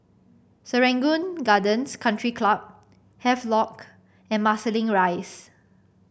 Serangoon Gardens Country Club Havelock and Marsiling Rise